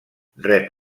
rep